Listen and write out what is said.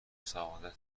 سعادتتون